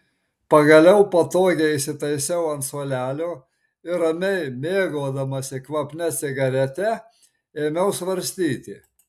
pagaliau patogiai įsitaisiau ant suolelio ir ramiai mėgaudamasi kvapnia cigarete ėmiau svarstyti